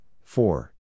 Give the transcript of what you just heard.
four